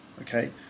Okay